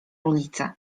ulicę